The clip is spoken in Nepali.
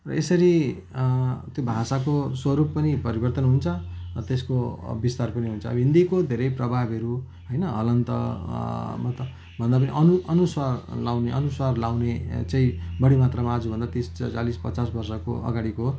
र यसरी त्यो भाषाको स्वरूप पनि परिवर्तन हुन्छ त्यसको विस्तार पनि हुन्छ अब हिन्दीको धेरै प्रभावहरू होइन हलन्त म त भन्दा पनि अनु अनुसार लाउने अनुसार लाउने चाहिँ बढी मात्रामा आज भन्दा तिस चालिस पचास वर्षको अगाडिको